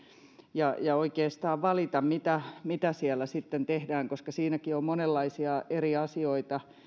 ja ja oikeastaan valita mitä mitä siellä sitten tehdään koska siinäkin on on monenlaisia eri asioita